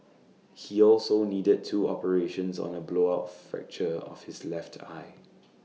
he also needed two operations on A blowout fracture of his left eye